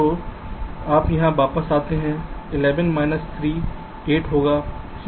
तो आप यहां वापस आते हैं 11 माइनस 3 यह 8 होगा